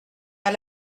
pas